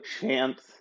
chance